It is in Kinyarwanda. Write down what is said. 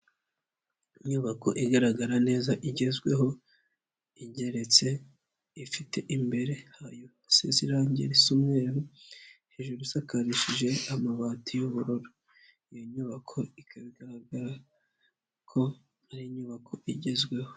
Inyubako igaragara neza igezweho, ingeretse ifite imbere hayo hasize irangi risa umweru, hejuru isakarishije amabati y'ubururu, iyo nyubako ikaba igaragara ko ari inyubako igezweho.